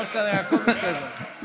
בסדר, תן לו.